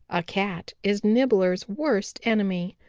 a cat is nibbler's worst enemy.